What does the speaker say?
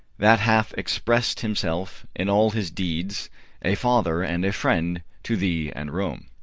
that hath express'd himself in all his deeds a father and a friend to thee and rome.